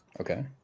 Okay